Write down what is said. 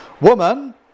Woman